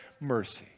mercy